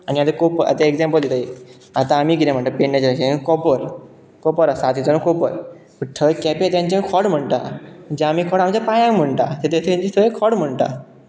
आनी आतां खूप आतां एग्जांपल दिता एक आतां आमी कितें म्हणटात पेडणेच्या भाशेन कोपर कोपर आसा हातीचो कोपर थंय केपे तेंचें खोंट म्हणटात जे आमी कोणाक म्हणचे पांयांक म्हणटा तेंचे थंय खोंट म्हणटात